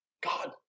God